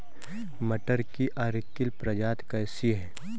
मटर की अर्किल प्रजाति कैसी है?